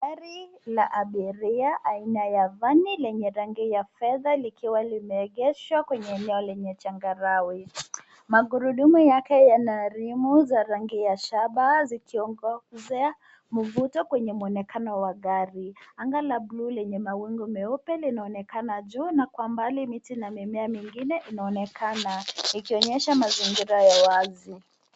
Gari la abiria aina ya vani lenye rangi ya fedha likiwa limeegeshwa kwenye eneo la changarawe. Magurudumu yake yana rimu za rangi ya shaba zikiongezea mvuto kwenye mwonekano wa gari. Anga la buluu lenye mawingi meupe linaonekana juu na kwa mbali miti na mimea mingine inaonekana ikionyesha mazingira ya wazi.